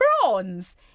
prawns